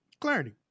Clarity